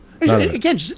Again